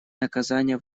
наказания